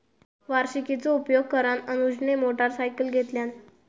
वार्षिकीचो उपयोग करान अनुजने मोटरसायकल घेतल्यान